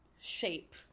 shape